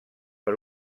per